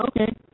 Okay